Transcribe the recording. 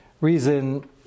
reason